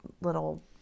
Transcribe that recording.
little